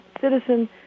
citizen